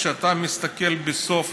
כשאתה מסתכל בסוף,